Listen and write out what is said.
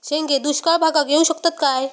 शेंगे दुष्काळ भागाक येऊ शकतत काय?